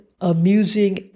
amusing